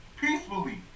peacefully